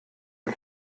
dem